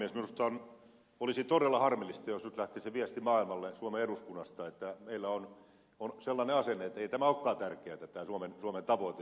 minusta olisi todella harmillista jos nyt lähtisi viesti maailmalle suomen eduskunnasta että meillä on sellainen asenne ettei tämä suomen tavoite olekaan tärkeä